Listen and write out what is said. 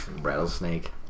rattlesnake